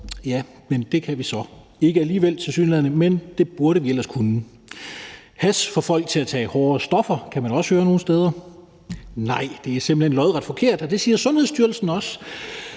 Ja, men det kan vi så tilsyneladende alligevel ikke. Men det burde vi ellers kunne. 2) Hash får folk til at tage hårdere stoffer. Det kan man nogle steder også høre. Nej, det er simpelt hen lodret forkert, og det siger Sundhedsstyrelsen også.